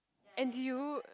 and did you